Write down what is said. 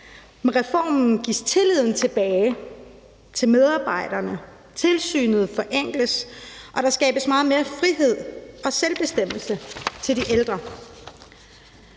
Med reformen gives tilliden tilbage til medarbejderne, tilsynet forenkles, og der skabes meget mere frihed og selvbestemmelse til de ældre.